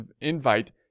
invite